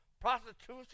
prostitution